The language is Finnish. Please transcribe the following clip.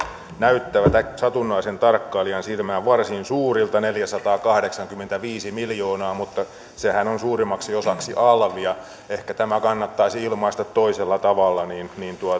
näyttävät satunnaisen tarkkailijan silmään varsin suurilta neljäsataakahdeksankymmentäviisi miljoonaa mutta sehän on suurimmaksi osaksi alvia ehkä tämä kannattaisi ilmaista toisella tavalla niin niin että